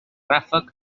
ràfec